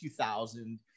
2000